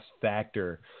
factor